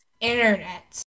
internet